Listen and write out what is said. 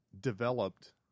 developed